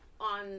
on